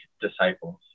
disciples